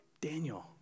Daniel